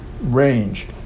range